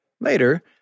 Later